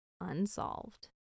unsolved